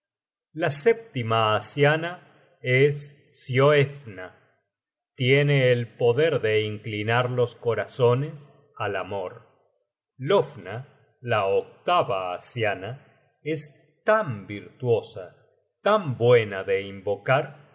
la sétima asiana es sioefna tiene el poder de inclinar los corazones al amor lofna la octava asiana es tan virtuosa tan buena de invocar